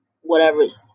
whatever's